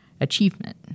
achievement